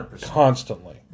constantly